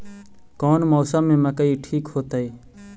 कौन मौसम में मकई ठिक होतइ?